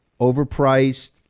Overpriced